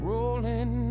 Rolling